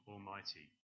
Almighty